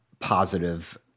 positive